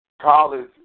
college